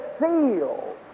seal